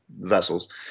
vessels